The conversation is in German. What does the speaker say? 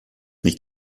nicht